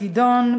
התשע"ג 2013,